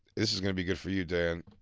this is gonna be good for you, dan.